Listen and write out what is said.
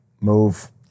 move